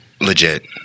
Legit